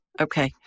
Okay